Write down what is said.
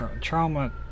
trauma